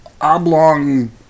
oblong